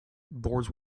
boards